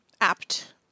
apt